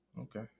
Okay